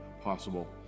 possible